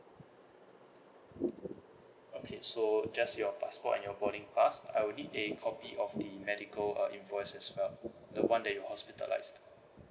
okay so just your passport and your boarding pass I will need a copy of the medical uh invoice as well the one that you hospitalized